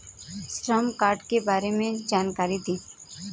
श्रम कार्ड के बारे में जानकारी दें?